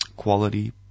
Quality